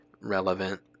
relevant